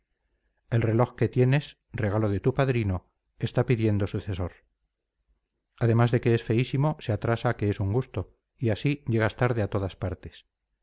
el reloj que tienes regalo de tu padrino está pidiendo sucesor además de que es feísimo se atrasa que es un gusto y así llegas tarde a todas partes